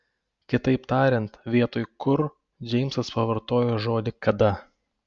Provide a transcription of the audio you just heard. kitaip tariant vietoj kur džeimsas pavartojo žodį kada